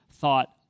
thought